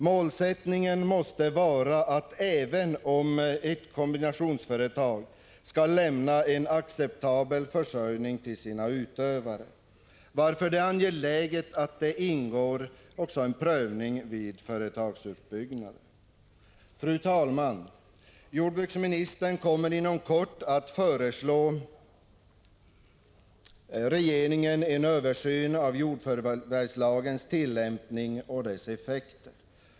Målsättningen måste vara att även kombinationsföretagen skall lämna en acceptabel försörjning till sina utövare, varför det är angeläget att det ingår en noggrann prövning vid företagsuppbyggnaden. Fru talman! Jordbruksministern kommer inom kort att föreslå regeringen en översyn av jordförvärvslagens tillämpning och effekter.